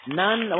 none